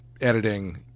editing